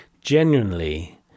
Genuinely